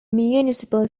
municipal